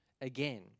again